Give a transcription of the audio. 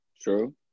True